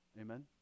Amen